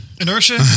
Inertia